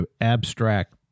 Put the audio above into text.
abstract